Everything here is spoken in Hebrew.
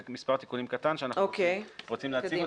זה מספר תיקונים קטן שאנחנו רוצים להציג